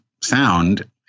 sound